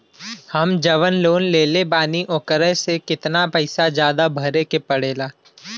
हम जवन लोन लेले बानी वोकरा से कितना पैसा ज्यादा भरे के पड़ेला?